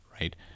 right